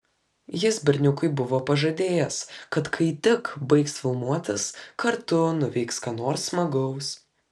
jis berniukui buvo pažadėjęs kad kai tik baigs filmuotis kartu nuveiks ką nors smagaus